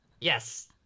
Yes